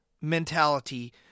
mentality